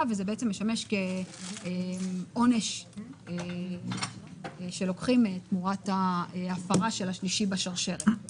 וזה בעצם משמש כעונש שלוקחים תמורת ההפרה של השלישי בשרשרת.